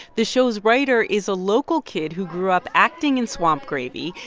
this show's writer is a local kid who grew up acting in swamp gravy.